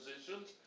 positions